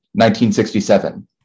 1967